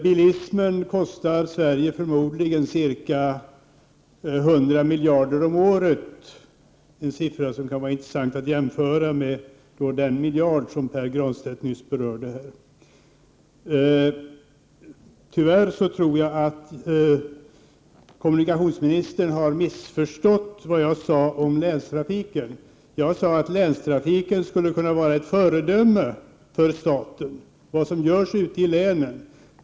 Bilismen kostar Sverige förmodligen ca 100 miljarder om året — en siffra som kan vara intressant att jämföra med den miljard som Pär Granstedt nyss berörde. Jag tror att kommunikationsministern tyvärr har missförstått vad jag sade om länstrafiken. Jag sade att vad som görs ute i länen när det gäller länstrafiken skulle kunna vara ett föredöme för staten.